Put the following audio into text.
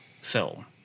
film